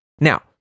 Now